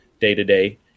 day-to-day